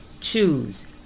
choose